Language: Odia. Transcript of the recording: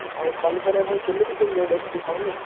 ଭାଇ ପନିପରିବା ଭାଇ କେମିତି କେମିତି ରେଟ୍ ଅଛି ଟିକେ କହିବେ